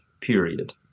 period